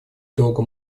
долго